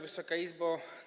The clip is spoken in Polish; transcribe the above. Wysoka Izbo!